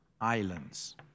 islands